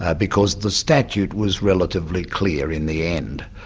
ah because the statute was relatively clear in the end.